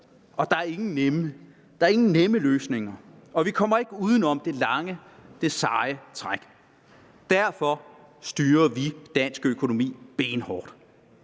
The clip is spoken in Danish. Der er ingen nemme løsninger, og vi kommer ikke uden om det lange, seje træk. Derfor styrer vi dansk økonomi benhårdt,